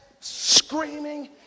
screaming